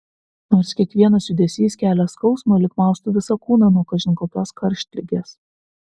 nors kiekvienas judesys kelia skausmą lyg maustų visą kūną nuo kažin kokios karštligės